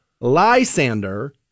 Lysander